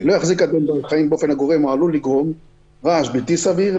"לא יחזיק אדם בעל חיים באופן הגורם או עלול לגרום רעש בלתי סביר,